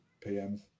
PM